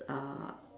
uh